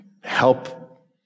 help